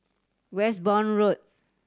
Westbourne Road